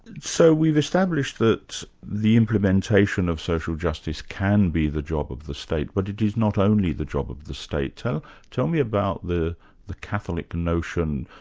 so we've established that the implementation of social justice can be the job of the state, but it is not only the job of the state. so tell me about the the catholic notion,